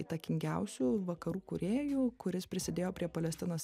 įtakingiausių vakarų kūrėjų kuris prisidėjo prie palestinos